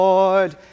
Lord